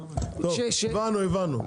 טוב, הבנו, הבנו.